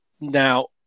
Now